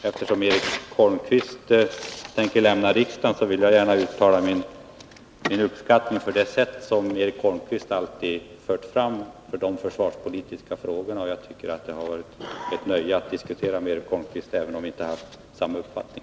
Eftersom Eric Holmqvist tänker lämna riksdagen vill jag i detta sammanhang gärna uttala min uppskattning av det sätt på vilket Eric Holmqvist alltid fört fram sina synpunkter på de försvarspolitiska frågorna. Det har varit ett nöje att diskutera med Eric Holmqvist, även om vi inte haft samma uppfattning.